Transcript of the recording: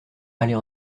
aller